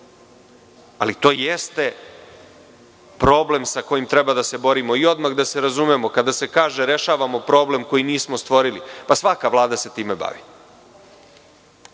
ali to jeste problem sa kojim treba da se borimo. Odmah da se razumemo, da se kaže, rešavamo problem koji nismo stvorili. Svaka vlada se time bavi.